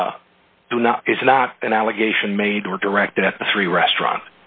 do not is not an allegation made or directed at three restaurant